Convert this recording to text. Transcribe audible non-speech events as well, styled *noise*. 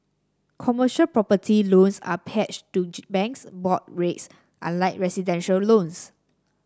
commercial property loans are pegged to *unintelligible* bank's board rates unlike residential loans